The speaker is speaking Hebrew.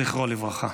זיכרונו לברכה.